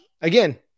again